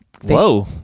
Whoa